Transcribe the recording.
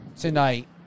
tonight